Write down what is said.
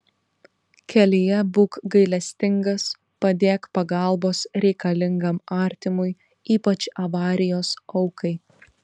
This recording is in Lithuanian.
kelyje būk gailestingas padėk pagalbos reikalingam artimui ypač avarijos aukai